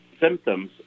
symptoms